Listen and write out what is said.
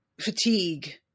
fatigue